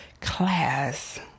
class